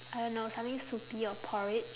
I don't know something soupy or porridge